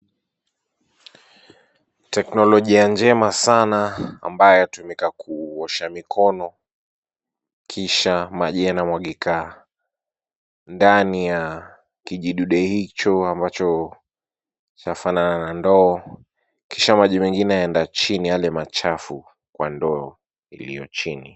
Teknolojia njema sana ambayo inatumika kuosha mikono kisha maji yanamwagika ndani ya kijidude hicho ambacho cha fanana na ndoo, kisha maji mengine yaenda chini yale machafu kwa ndoo iliyo chini.